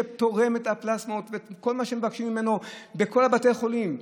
שתורם את הפלזמות וכל מה שמבקשים ממנו בכל בתי החולים.